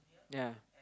ya